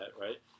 right